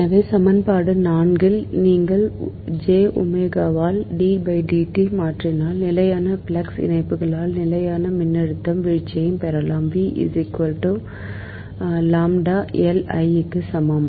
எனவே சமன்பாடு 4 இல் நீங்கள் ஜெ ஒமேகாவால் மாற்றினால் நிலையான ஃப்ளக்ஸ் இணைப்புகளால் நிலையான மின்னழுத்த வீழ்ச்சியை பெறலாம் லாம்ப்டா எல் i க்கு சமம்